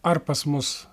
ar pas mus